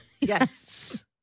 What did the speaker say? Yes